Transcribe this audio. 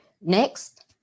Next